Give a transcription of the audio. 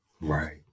Right